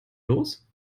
los